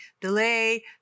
delay